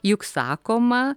juk sakoma